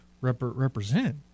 Represent